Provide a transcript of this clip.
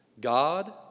God